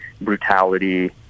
brutality